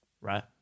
right